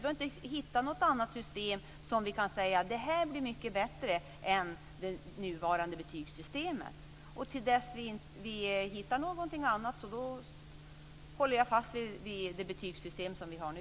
Vi har inte hittat något system som vi kan säga är mycket bättre än det nuvarande betygssystemet. Och tills vi har hittat något annat så håller jag fast vid det betygssystem som vi har nu.